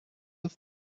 muss